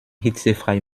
hitzefrei